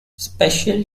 special